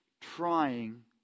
trying